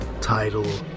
title